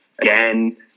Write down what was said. again